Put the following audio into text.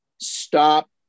stop